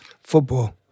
Football